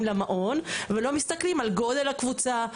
למעון ולא מסתכלים על גודל הקבוצה,